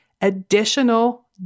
additional